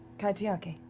kaitiaki,